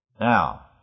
Now